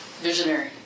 Visionary